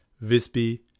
Visby